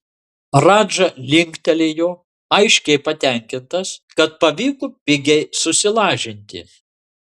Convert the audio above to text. radža linktelėjo aiškiai patenkintas kad pavyko pigiai susilažinti